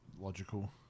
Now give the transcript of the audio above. logical